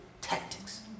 tactics